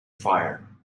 fire